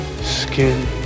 skin